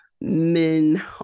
men